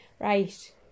Right